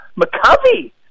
McCovey